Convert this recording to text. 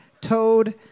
Toad